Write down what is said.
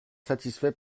satisfait